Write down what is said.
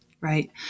Right